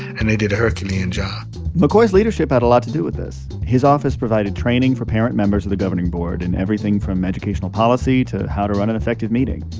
and they did a herculean job mccoy's leadership had a lot to do with this. his office provided training for parent members of the governing board in everything from educational policy to how to run an effective meeting.